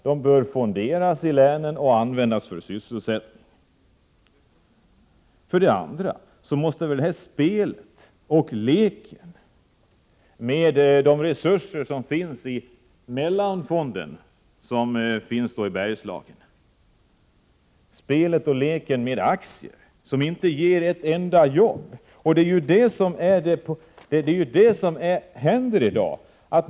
De bör fonderas och användas för att skapa sysselsättning. Sedan måste väl spelet och leken med de resurser som finns i Bergslagen i Mellanfonden sluta. Leken med aktier ger inte ett enda jobb.